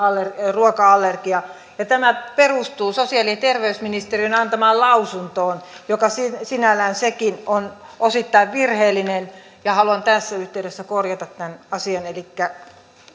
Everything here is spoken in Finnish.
ruoka allergia ja tämä perustuu sosiaali ja terveysministeriön antamaan lausuntoon joka sinällään sekin on osittain virheellinen ja haluan tässä yhteydessä korjata tämän asian elikkä